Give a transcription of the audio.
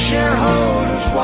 Shareholders